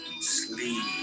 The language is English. Sleep